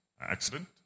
accident